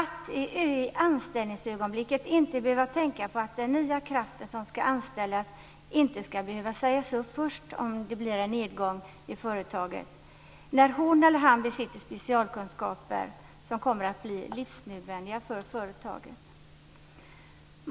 I anställningsögonblicket ska man inte behöva tänka på att den nya kraften kan behöva sägas upp först vid en nedgång, när hon eller han besitter specialkunskaper som kommer att bli livsnödvändiga för företaget.